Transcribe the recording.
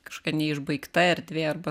kažkokia neišbaigta erdvė arba